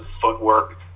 footwork